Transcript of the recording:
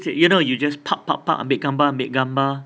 you know you just ambil gambar ambil gambar